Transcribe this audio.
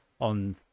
on